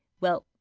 well,